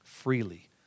freely